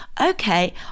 okay